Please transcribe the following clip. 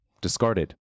discarded